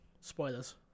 spoilers